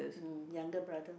mm younger brother